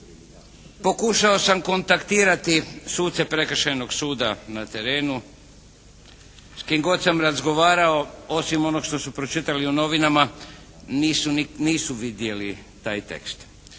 pokušao sam kontaktirati suce Prekršajnog suda na terenu. S kim god sam razgovarao osim onog što su pročitali u novinama nisu vidjeli taj tekst.